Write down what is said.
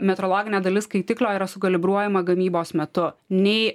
metrologinė dalis skaitiklio yra sukalibruojama gamybos metu nei